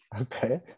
Okay